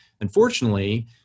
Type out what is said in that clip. Unfortunately